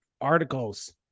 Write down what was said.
articles